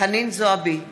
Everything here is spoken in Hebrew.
חנין זועבי,